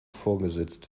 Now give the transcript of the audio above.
vorgesetzt